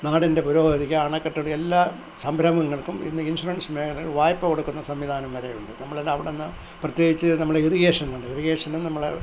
നാടിൻ്റെ പുരോഗതിക്ക് അണക്കെട്ടിനും എല്ലാ സംരഭങ്ങൾക്കും ഇന്ന് ഇൻഷുറൻസ് മേഖലകൾ വായ്പ കൊടുക്കുന്ന സംവിധാനം വരെ ഉണ്ട് നമ്മളുടെ അവിടെ നിന്ന് പ്രതേകിച്ച് നമ്മളെ ഇറിഗേഷൻ ഫണ്ട് ഇറിഗേഷനും നമ്മളെ